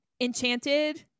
Enchanted